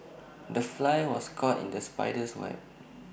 the fly was caught in the spider's web